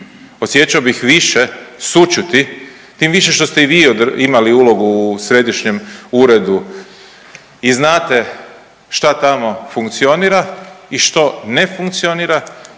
osjećao bih više sućuti tim više što ste i vi imali ulogu u središnjem uredu i znate šta tamo funkcionira i što ne funkcionira